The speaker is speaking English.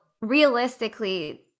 realistically